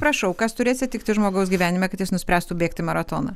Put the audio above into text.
prašau kas turi atsitikti žmogaus gyvenime kad jis nuspręstų bėgti maratoną